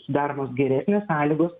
sudaromos geresnės sąlygos